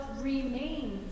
remains